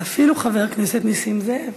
ואפילו חבר הכנסת נסים זאב.